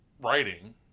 writing